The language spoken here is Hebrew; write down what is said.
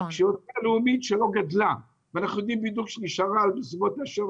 ההוצאה הלאומית לא גדלה ואנחנו יודעים שנשארה בסביבות 8%,